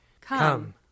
Come